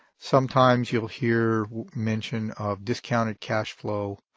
sometimes you'll hear mention of discounted cash flow.